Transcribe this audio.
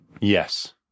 Yes